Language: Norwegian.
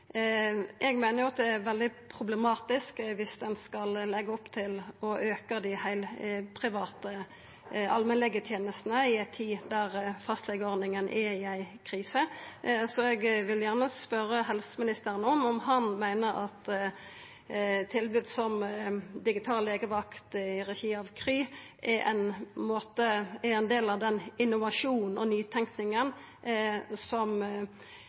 Eg meiner at det er veldig problematisk dersom ein skal leggja opp til å auka dei heilprivate allmennlegetenestene i ei tid der fastlegeordninga er i ei krise. Så eg vil gjerne spørja helseministeren om han meiner at tilbod som digital legevakt i regi av KRY er ein del av den innovasjonen og nytenkinga som